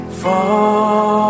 fall